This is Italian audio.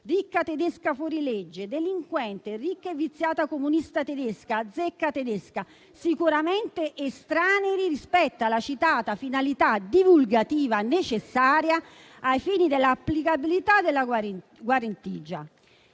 ricca tedesca fuorilegge, delinquente, ricca e viziata comunista tedesca, zecca tedesca. Sono insulti sicuramente estranei rispetto alla citata finalità divulgativa necessaria ai fini dell'applicabilità della guarentigia.